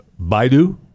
Baidu